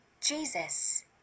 Jesus